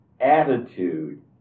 attitude